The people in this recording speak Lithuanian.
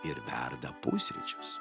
ir verda pusryčius